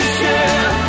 share